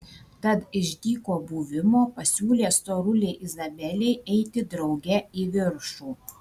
tad iš dyko buvimo pasiūlė storulei izabelei eiti drauge į viršų